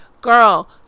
girl